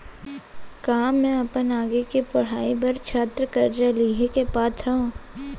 का मै अपन आगे के पढ़ाई बर छात्र कर्जा लिहे के पात्र हव?